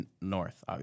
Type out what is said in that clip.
north